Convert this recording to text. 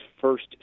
first